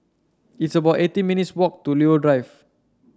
it's about eighteen minutes' walk to Leo Drive